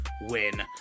win